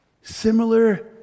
Similar